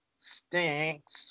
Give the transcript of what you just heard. stinks